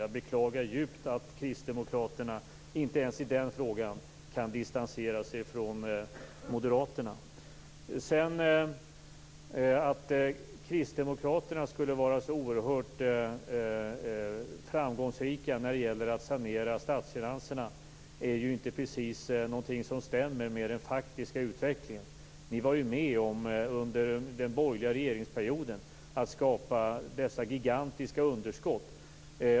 Jag beklagar djupt att Kristdemokraterna inte ens i den frågan kan distansera sig från Att Kristdemokraterna skulle vara så oerhört framgångsrika när det gäller att sanera statsfinanserna är ju inte precis något som stämmer med den faktiska utvecklingen. Ni var ju under den borgerliga regeringsperioden med om att skapa dessa gigantiska underskott.